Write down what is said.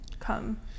come